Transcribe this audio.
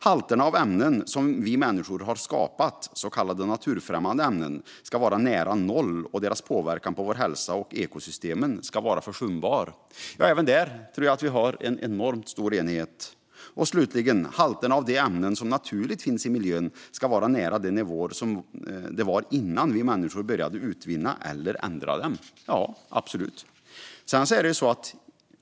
Halterna av ämnen som vi människor har skapat, så kallade naturfrämmande ämnen, ska vara nära noll, och deras påverkan på vår hälsa och ekosystemen ska vara försumbar. Även där tror jag att vi har en enormt stor enighet. Slutligen ska halterna av de ämnen som naturligt finns i miljön vara nära de nivåer som de låg på innan vi människor började utvinna eller ändra dem. Så är det absolut.